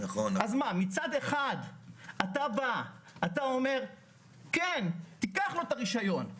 אז מצד אחד אתה אומר תיקח לו את הרישיון כי